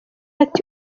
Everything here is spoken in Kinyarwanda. ati